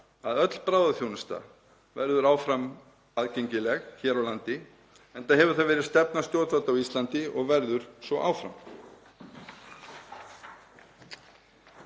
að öll bráðaþjónusta verður áfram aðgengileg hér á landi enda hefur það verið stefna stjórnvalda á Íslandi og verður svo áfram.